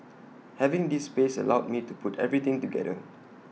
having this space allowed me to put everything together